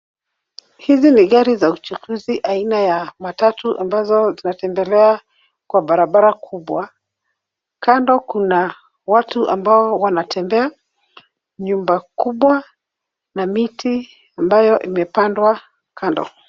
Hizi ni gari za uchukuzi aina ya matatu ambazo zinatembelea kwa barabara kubwa. Kando kuna watu ambao wanatembea, nyumba kubwa na miti ambayo imepandwa kando.